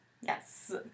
Yes